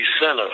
center